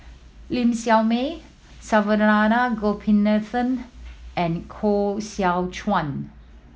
Ling Siew May Saravanan Gopinathan and Koh Seow Chuan